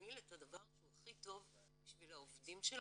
להוביל את הדבר שהוא הכי טוב בשביל העובדים שלכם,